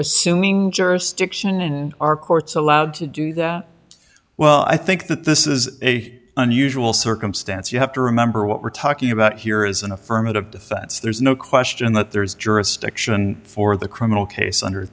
assuming jurisdiction in our courts are allowed to do that well i think that this is a unusual sir i'm stance you have to remember what we're talking about here is an affirmative defense there's no question that there is jurisdiction for the criminal case under